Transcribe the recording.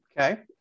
Okay